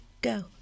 go